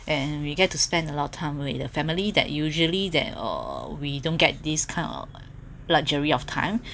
and we get to spend a lot of time with the family that usually that uh we don't get this kind of luxury of time